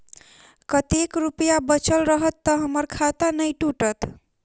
कतेक रुपया बचल रहत तऽ हम्मर खाता नै टूटत?